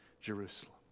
Jerusalem